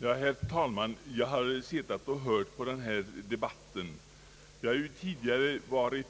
Herr talman! Jag har med intresse suttit och lyssnat till denna debatt. Jag har tidigare varit